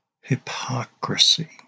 hypocrisy